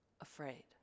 afraid